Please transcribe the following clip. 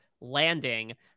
landing